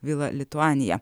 vila lituanija